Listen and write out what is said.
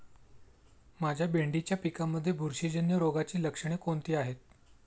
माझ्या भेंडीच्या पिकामध्ये बुरशीजन्य रोगाची लक्षणे कोणती आहेत?